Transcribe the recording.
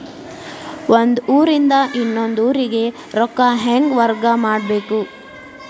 ಒಂದ್ ಊರಿಂದ ಇನ್ನೊಂದ ಊರಿಗೆ ರೊಕ್ಕಾ ಹೆಂಗ್ ವರ್ಗಾ ಮಾಡ್ಬೇಕು?